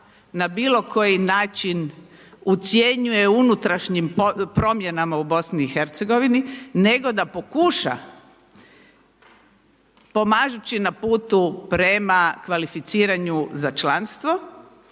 na bilo koji način ucjenjuje unutrašnjim promjenama u BiH nego da pokuša pomažući na putu prema kvalificiranju za članstvo